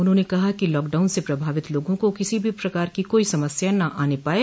उन्होंने कहा कि लॉकडाउन से प्रभावित लोगों को किसी भी प्रकार की कोई समस्या न आने पाये